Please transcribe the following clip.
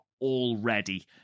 already